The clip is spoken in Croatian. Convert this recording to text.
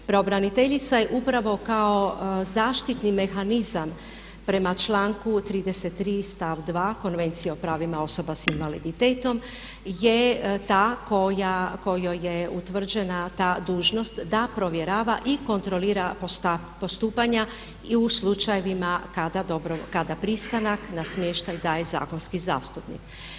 Pravobraniteljica je upravo kao zaštitni mehanizam prema članku 33. stav 2. Konvencije o pravima osobama sa invaliditetom je ta kojoj je utvrđena ta dužnost da provjerava i kontrolira ta postupanja i u slučajevima kada pristanak na smještaj daje zakonski zastupnik.